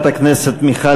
חברת הכנסת ציפי